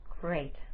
Great